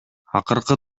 акыркы